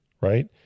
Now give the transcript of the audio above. right